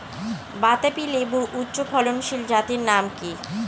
বাতাবি লেবুর উচ্চ ফলনশীল জাতের নাম কি?